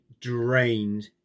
drained